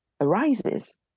arises